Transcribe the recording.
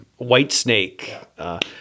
Whitesnake